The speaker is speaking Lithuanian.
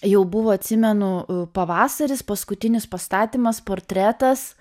jau buvo atsimenu pavasaris paskutinis pastatymas portretas